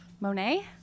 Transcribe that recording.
Monet